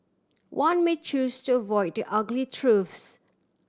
one may choose to avoid the ugly truths